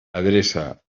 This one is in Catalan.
adreça